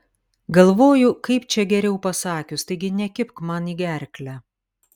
galvoju kaip čia geriau pasakius taigi nekibk man į gerklę